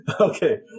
Okay